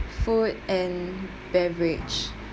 food and beverage